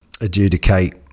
adjudicate